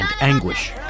anguish